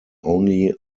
only